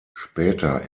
später